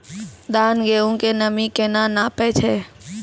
धान, गेहूँ के नमी केना नापै छै?